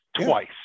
twice